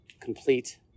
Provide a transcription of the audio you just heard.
complete